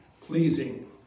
pleasing